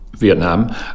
Vietnam